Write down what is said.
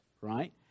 right